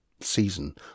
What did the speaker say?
season